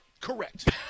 Correct